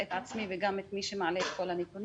גם את עצמי וגם את מי שמעלה את כל הנתונים,